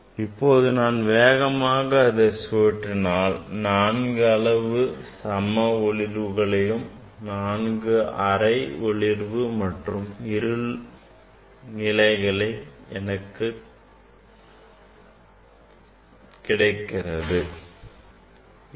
இப்போது நான் வேகமாக இதனை சுழற்றி 4 சம அளவு ஒளிர்வுகளையும் 4 அரை ஒளிர்வு மற்றும் அரை இருள் நிலைகளையும் உங்களுக்கு காட்டுகிறேன்